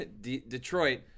Detroit